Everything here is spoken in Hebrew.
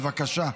בבקשה.